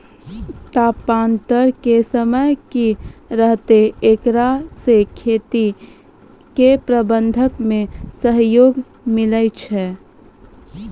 तापान्तर के समय की रहतै एकरा से खेती के प्रबंधन मे सहयोग मिलैय छैय?